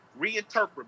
reinterpret